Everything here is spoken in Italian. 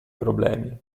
problemi